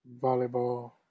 volleyball